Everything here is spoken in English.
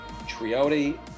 Triodi